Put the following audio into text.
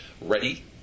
Ready